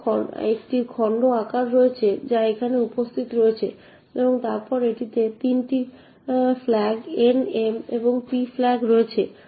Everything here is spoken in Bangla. এটির খণ্ড আকার রয়েছে যা এখানে উপস্থিত রয়েছে এবং তারপরে এটিতে 3টি ফ্ল্যাগ N M এবং P ফ্ল্যাগ রয়েছে